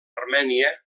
armènia